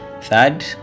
Third